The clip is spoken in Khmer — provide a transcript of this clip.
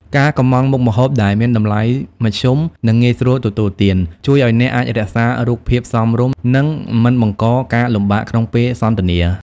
ការកម្ម៉ង់មុខម្ហូបដែលមានតម្លៃមធ្យម និងងាយស្រួលទទួលទាន ជួយឱ្យអ្នកអាចរក្សារូបភាពសមរម្យ និងមិនបង្កការលំបាកក្នុងពេលសន្ទនា។